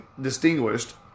distinguished